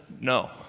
no